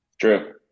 True